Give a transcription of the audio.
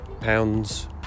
pounds